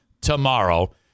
tomorrow